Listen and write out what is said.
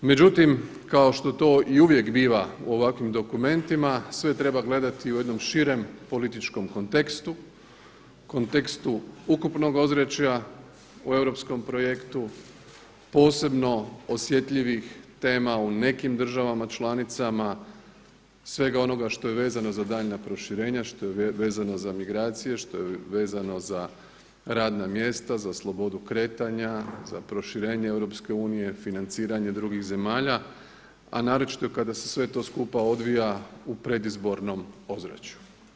Međutim kao što to i uvijek biva u ovakvim dokumentima sve treba gledati u jednom širem političkom kontekstu, kontekstu ukupnog ozračja u europskom projektu, posebno osjetljivih tema u nekim državama članicama, svega onoga što je vezano za daljnja proširenja, što je vezano za migracije, što je vezano za radna mjesta, za slobodu kretanja, za proširenje EU, financiranje drugih zemalja, a naročito kada se sve to skupa odvija u predizbornom ozračju.